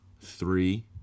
Three